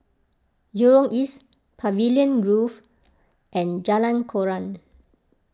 Jurong East Pavilion Grove and Jalan Koran